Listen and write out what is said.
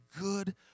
good